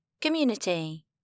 Community